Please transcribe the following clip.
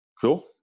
Cool